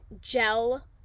gel